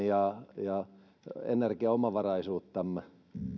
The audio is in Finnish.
ja ja energiaomavaraisuuttamme